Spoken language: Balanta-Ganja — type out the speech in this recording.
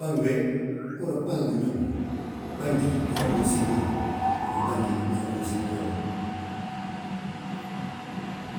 Gbangi ge, uhúra gbangi ma ñóbu, uhúri yaa gbangi a gima unsíŋ gudi, ngi bangí hala ma unsíŋ wii woma.